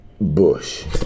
Bush